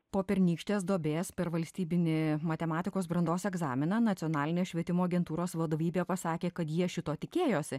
po pernykštės duobės per valstybinį matematikos brandos egzaminą nacionalinės švietimo agentūros vadovybė pasakė kad jie šito tikėjosi